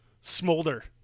smolder